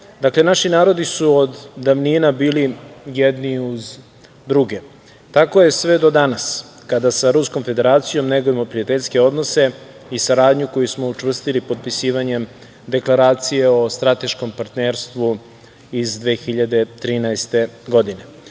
Kine. Dakle, naši narodi su od davnina bili jedni uz druge. Tako je sve do danas, kada sa Ruskom Federacijom negujemo prijateljske odnose i saradnju koju smo učvrstili potpisivanjem Deklaracije o strateškom partnerstvu iz 2013.